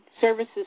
Services